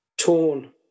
Torn